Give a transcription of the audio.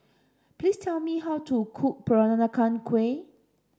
please tell me how to cook Peranakan Kueh